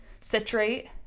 Citrate